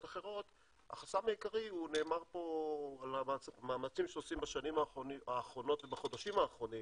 החסם העיקרי דובר פה על המאמצים שעושים בשנים ובחודשים האחרונים